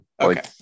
okay